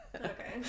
Okay